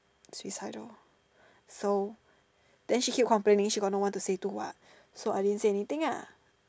suicidal so then she keep complaining she got no one to say to what so I didn't say anything ah